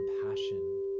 compassion